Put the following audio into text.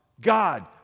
God